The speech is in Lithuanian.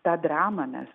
tą dramą mes